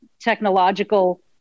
technological